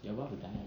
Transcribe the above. you're about to die